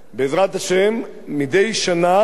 בעזרת השם, מדי שנה,